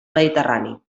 mediterrani